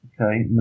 Okay